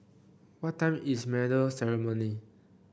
what time is medal ceremony